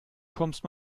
kommst